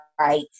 right